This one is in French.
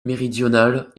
méridionale